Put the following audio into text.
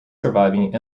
surviving